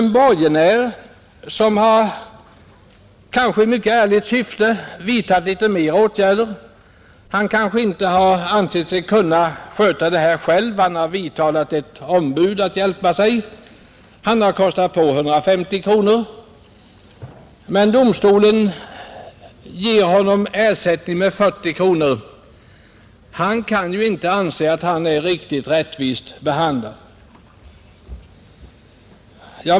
En borgenär, som — kanske i ärligt syfte — vidtagit litet mer åtgärder har måhända inte ansett sig kunna sköta ärendet själv utan vidtalat ett ombud. Det har kostat honom 150 kronor, men domstolen ger honom 40 kroor i ersättning. Han kan ju inte anse att han är riktigt rättvist behandlad.